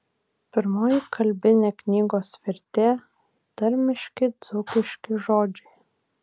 pirmoji kalbinė knygos vertė tarmiški dzūkiški žodžiai